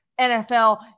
NFL